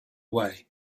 way